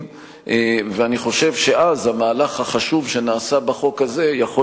ואני חושב שאז המהלך החשוב שנעשה בחוק הזה יכול